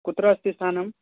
कुत्र अस्ति स्थानं